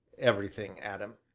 everything, adam.